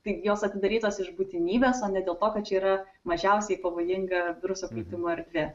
tai jos atidarytos iš būtinybės o ne dėl to kad čia yra mažiausiai pavojinga viruso plitimo erdvė